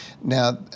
Now